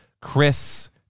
Chris